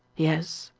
yes,